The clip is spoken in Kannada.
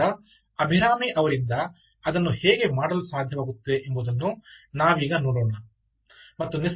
ಆದ್ದರಿಂದ ಅಭಿರಾಮಿ ಅವರಿಂದ ಅದನ್ನು ಹೇಗೆ ಮಾಡಲು ಸಾಧ್ಯವಾಗುತ್ತದೆ ಎಂಬುದನ್ನು ನಾವೀಗ ನೋಡೋಣ